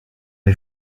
les